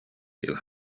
ille